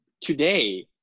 today